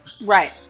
Right